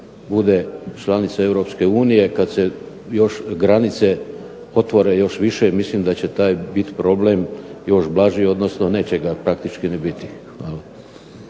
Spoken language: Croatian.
bude članica Europske unije, kad se još granice otvore još više mislim da će taj biti problem još blaži, odnosno neće ga praktički ni biti. Hvala.